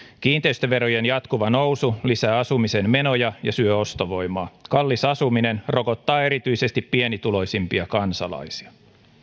kiinteistöverojen jatkuva nousu lisää asumisen menoja ja syö ostovoimaa kallis asuminen rokottaa erityisesti pienituloisimpia kansalaisia